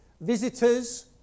visitors